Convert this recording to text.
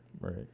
Right